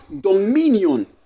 dominion